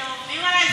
אתם עובדים עלי?